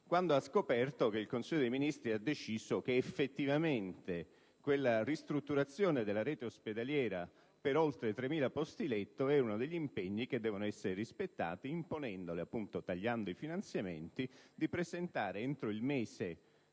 quando ha scoperto che il Consiglio dei ministri ha deciso che quella ristrutturazione della rete ospedaliera per oltre 3.000 posti letto è uno degli impegni che devono essere rispettati imponendole, con il taglio dei finanziamenti, di presentare entro la fine